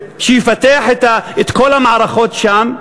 שיפתח את כל המערכות שם,